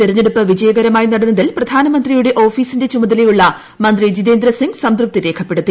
തെരഞ്ഞെടുപ്പ് വിജയകരമായി നടന്നതിൽ പ്രധാന മന്ത്രിയുടെ ഓഫീസിന്റെ ചുമതലയുളള മന്ത്രി ജിതേന്ദ്ര സിംഗ് സംതൃപ്തി രേഖപ്പെടുത്തി